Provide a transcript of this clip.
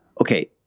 Okay